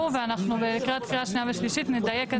ואנחנו לקראת קריאה שנייה ושלישית נדייק את זה.